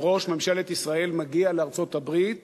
שראש ממשלת ישראל מגיע לארצות-הברית